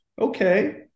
Okay